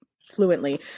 fluently